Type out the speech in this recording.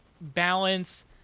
balance